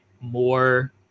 more